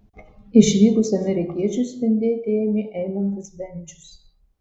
išvykus amerikiečiui spindėti ėmė eimantas bendžius